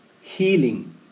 Healing